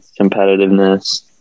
competitiveness